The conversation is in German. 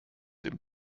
dem